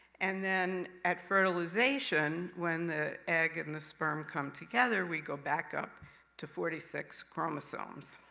and then at fertilization, when the egg and the sperm come together, we go back up to forty six chromosomes.